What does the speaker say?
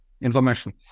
information